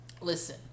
Listen